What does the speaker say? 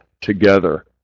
together